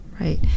right